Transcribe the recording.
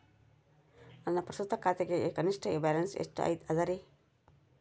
ನನ್ನ ಪ್ರಸ್ತುತ ಖಾತೆಗೆ ಕನಿಷ್ಠ ಬ್ಯಾಲೆನ್ಸ್ ಎಷ್ಟು ಅದರಿ?